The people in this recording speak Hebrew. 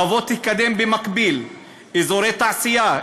תבוא ותקדם במקביל אזורי תעשייה,